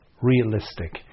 realistic